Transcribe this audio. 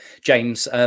James